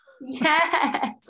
Yes